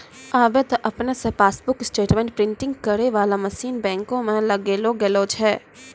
आबे त आपने से पासबुक स्टेटमेंट प्रिंटिंग करै बाला मशीन बैंको मे लगैलो गेलो छै